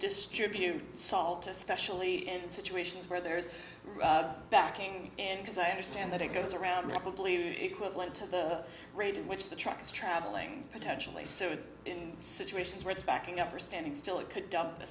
distribute salt especially in situations where there's backing and because i understand that it goes around believe equivalent to the rate at which the truck is traveling potentially so in situations where it's backing up or standing still it could dump a